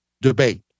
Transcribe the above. debate